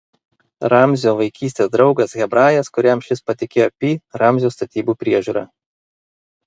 ramzio vaikystės draugas hebrajas kuriam šis patikėjo pi ramzio statybų priežiūrą